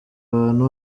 abantu